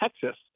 Texas